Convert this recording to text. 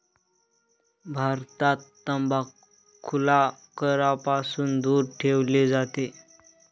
भारतात तंबाखूला करापासून दूर ठेवले जाते